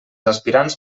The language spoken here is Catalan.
aspirants